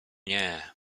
nie